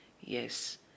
Yes